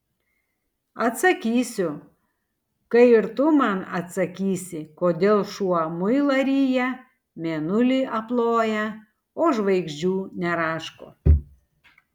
atsakysiu kai ir tu man atsakysi kodėl šuo muilą ryja mėnulį aploja o žvaigždžių neraško